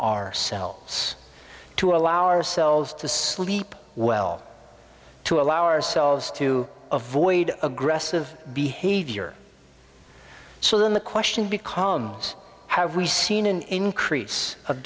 ourselves to allow ourselves to sleep well to allow ourselves to avoid aggressive behavior so then the question becomes have we seen an increase of